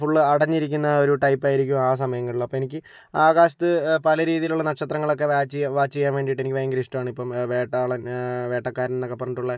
full അടഞ്ഞിരിക്കുന്ന ഒരു ടൈപ്പായിരിക്കും ആ സമയങ്ങളില് അപ്പോൾ എനിക്ക് ആകാശത്ത് പല രീതിയിലുള്ള നക്ഷത്രങ്ങളൊക്കെ വാച്ച് ചെയ്യാൻ വേണ്ടിയിട്ട് എനിക്ക് ഭയങ്കര ഇഷ്ടമാണ് ഇപ്പോൾ വേട്ടാളൻ വേട്ടക്കാരനെന്നൊക്കെ പറഞ്ഞിട്ടുള്ള